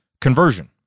conversion